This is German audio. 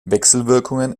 wechselwirkungen